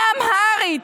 באמהרית,